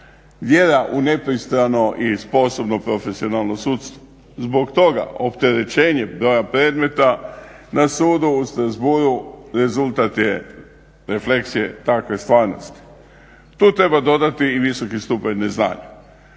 vjera u nepristrano i sposobno profesionalno sudstvo. Zbog toga opterećenje broja predmeta na sudu u Strasbourgu rezultat je refleksije takve stvarnosti. Tu treba dodati i visoki stupanj neznanja.